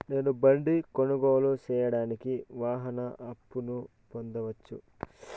నేను బండి కొనుగోలు సేయడానికి వాహన అప్పును పొందవచ్చా?